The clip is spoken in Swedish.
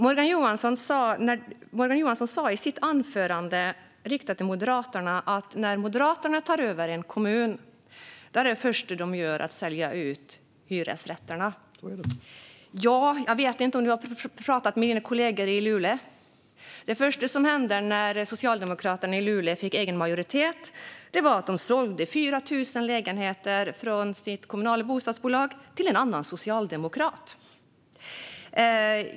Morgan Johansson sa i sitt anförande riktat till Moderaterna att när Moderaterna tar över en kommun är det första de gör att sälja ut hyresrätterna. Jag vet inte om du har pratat med dina kollegor i Luleå. Det första som hände när Socialdemokraterna i Luleå fick egen majoritet var att de sålde 4 000 lägenheter från sitt kommunala bostadsbolag till en annan socialdemokrat.